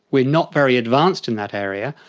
we are not very advanced in that area,